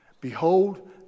Behold